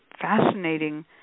fascinating